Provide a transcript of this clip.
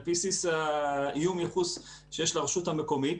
על פי בסיס האיום ייחוס שיש לרשות המקומית.